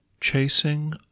chasing